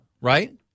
Right